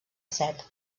set